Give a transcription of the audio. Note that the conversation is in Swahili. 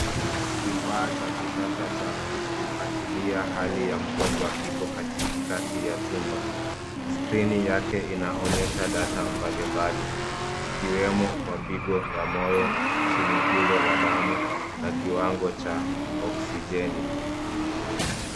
Kifaa cha kisasa cha kufuatilia hali ya mgonjwa kiko katikati ya chumba. Skrini yake inaonyesha data mbalimbali ikiwemo mapigo ya moyo, shinikizo ya damu na kiwango cha okisijeni.